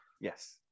Yes